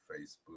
Facebook